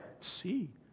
see